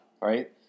right